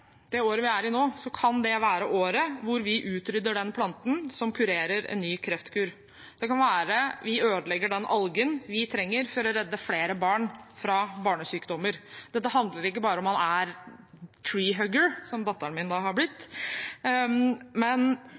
nå, kan være det året hvor vi utrydder den planten som kurerer en ny kreftkur. Det kan være vi ødelegger den algen vi trenger for å redde flere barn fra barnesykdommer. Dette handler ikke bare om å være «tree hugger», som datteren min har blitt, men